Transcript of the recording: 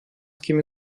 kimi